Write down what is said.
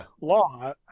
law